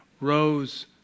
rose